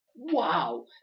Wow